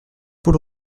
paul